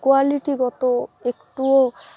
কোয়ালিটিগত একটুও